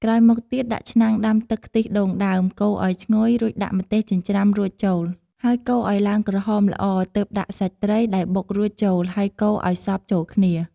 ក្រោយមកទៀតដាក់ឆ្នាំងដាំទឹកខ្ទិះដូងដើម កូរឱ្យឈ្ងុយ រួចដាក់ម្ទេសចិញ្ច្រាំរួចចូល ហើយកូរឱ្យឡើងក្រហមល្អទើបដាក់សាច់ត្រីដែលបុករួចចូល ហើយកូរឱ្យសព្វចូលគ្នា។